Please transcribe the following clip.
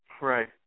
Right